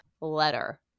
letter